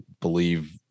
believe